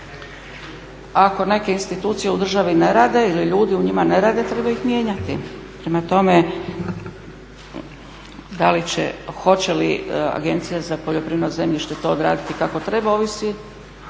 Ako neke institucije u državi ne rade ili ljudi u njima ne rade treba ih mijenjati. Prema tome da li će, hoće li Agencija za poljoprivredno zemljište to odraditi kako treba ovisi